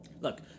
Look